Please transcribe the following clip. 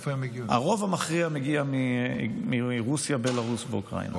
הרוב המכריע מגיע מרוסיה, בלארוס ואוקראינה.